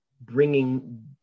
bringing